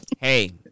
Hey